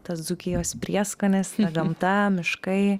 tas dzūkijos prieskonis ta gamta miškai